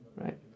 right